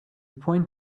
point